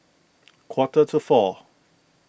quarter to four